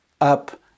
up